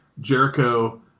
Jericho